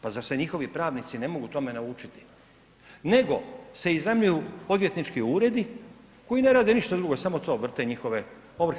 Pa zar se njihovi pravnici ne mogu tome naučiti nego se iznajmljuju odvjetnički uredi koji ne rade ništa drugo, samo to vrte njihove ovrhe.